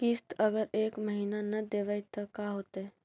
किस्त अगर एक महीना न देबै त का होतै?